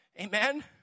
Amen